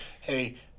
hey